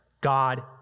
God